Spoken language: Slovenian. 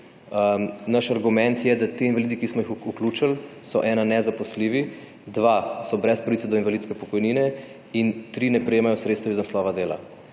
Naš argument je, da ti invalidi, ki smo jih vključil, so ena, nezaposljivi, dva, so brez pravice do invalidske pokojnine in tri, ne prejemajo sredstev iz naslova dela.